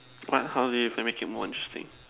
what how do you even make it more interesting